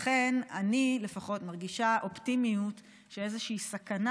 לכן אני לפחות מרגישה אופטימיות שאיזושהי סכנה